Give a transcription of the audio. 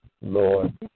Lord